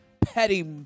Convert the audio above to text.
petty